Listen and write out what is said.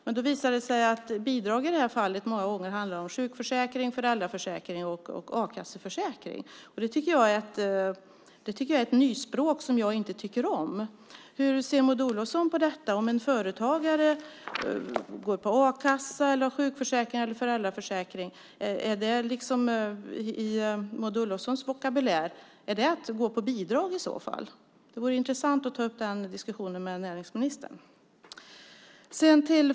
Men det visar sig att bidrag i detta fall många gånger handlar om sjukförsäkring, föräldraförsäkring och a-kasseförsäkring. Det är ett nyspråk som jag inte tycker om. Hur ser Maud Olofsson på detta? Om en företagare går på a-kassa, har sjukförsäkring eller föräldraförsäkring, är det i Maud Olofssons vokabulär att gå på bidrag? Det vore intressant att ta upp den diskussionen med näringsministern.